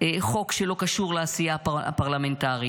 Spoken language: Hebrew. חוק שלא קשור לעשייה הפרלמנטרית,